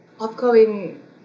upcoming